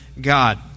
God